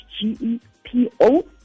g-e-p-o